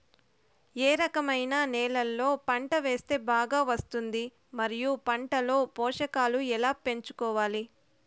ఏ రకమైన నేలలో పంట వేస్తే బాగా వస్తుంది? మరియు పంట లో పోషకాలు ఎలా పెంచుకోవాలి?